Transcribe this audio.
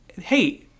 Hey